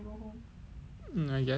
mm I guess